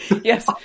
Yes